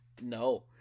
No